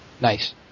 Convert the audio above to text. Nice